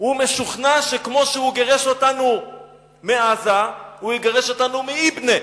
הוא משוכנע שכמו שהוא גירש אותנו מעזה הוא יגרש אותנו מיבנה,